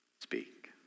speak